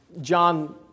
John